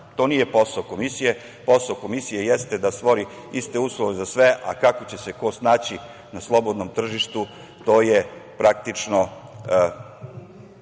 To nije posao Komisije. Posao Komisije jeste da stvori iste uslove za sve, a kako će se ko snaći na slobodnom tržištu, to je, praktično,